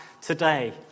today